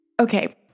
Okay